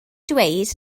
dweud